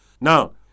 Now